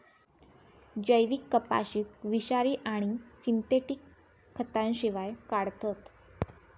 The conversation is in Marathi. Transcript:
जैविक कपाशीक विषारी आणि सिंथेटिक खतांशिवाय काढतत